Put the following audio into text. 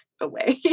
away